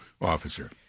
officer